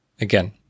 Again